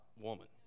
woman